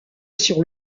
sur